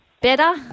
better